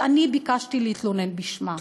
כשאני ביקשתי להתלונן בשמה.